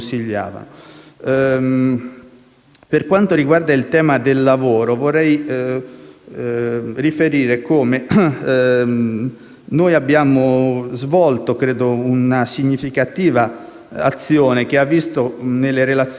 Per quanto riguarda il tema del lavoro, vorrei riferire come abbiamo svolto una significativa azione che ha visto, nelle relazioni che in questi anni abbiamo consegnato al Parlamento,